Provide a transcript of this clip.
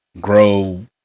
grow